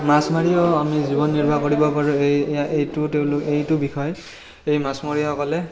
মাছ মাৰিও আমি জীৱন নিৰ্বাহ কৰিব পাৰোঁ এই এই এইটো তেওঁলোকে এইটো বিষয় এই মাছমৰীয়াসকলে